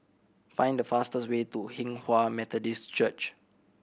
find the fastest way to Hinghwa Methodist Church